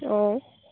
অঁ